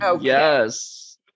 Yes